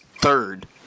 third